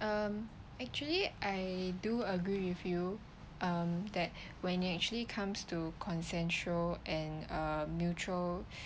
um actually I do agree with you um that when it actually comes to consensual and uh mutual